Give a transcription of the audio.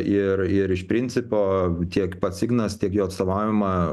ir ir iš principo tiek pats ignas tiek jo atstovaujama